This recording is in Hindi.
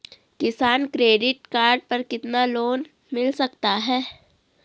किसान क्रेडिट कार्ड पर कितना लोंन मिल सकता है?